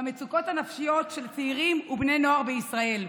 במצוקות הנפשיות של צעירים ובני נוער בישראל.